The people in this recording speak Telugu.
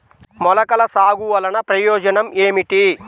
మొలకల సాగు వలన ప్రయోజనం ఏమిటీ?